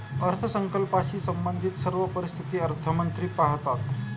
अर्थसंकल्पाशी संबंधित सर्व परिस्थिती अर्थमंत्री पाहतात